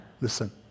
listen